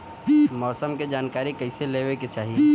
मौसम के जानकारी कईसे लेवे के चाही?